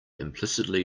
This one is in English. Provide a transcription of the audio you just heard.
implicitly